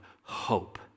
hope